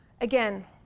again